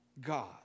God